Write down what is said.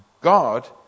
God